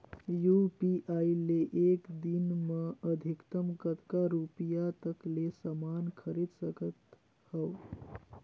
UPI ले एक दिन म अधिकतम कतका रुपिया तक ले समान खरीद सकत हवं?